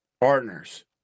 partners